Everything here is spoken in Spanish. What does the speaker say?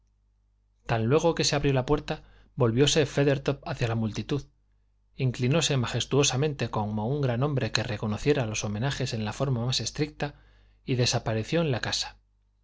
tan luego que se abrió la puerta volvióse feathertop hacia la multitud inclinóse majestuosamente como un gran hombre que reconociera los homenajes en la forma más estricta y desapareció en la casa